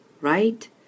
right